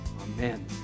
Amen